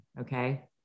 okay